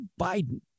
Biden